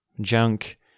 junk